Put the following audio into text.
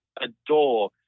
adore